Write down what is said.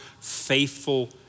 faithful